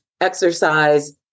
exercise